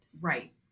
right